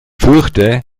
fürchte